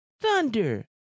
thunder